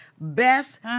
Best